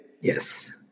yes